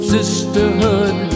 Sisterhood